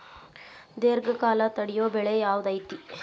ದೇರ್ಘಕಾಲ ತಡಿಯೋ ಬೆಳೆ ಯಾವ್ದು ಐತಿ?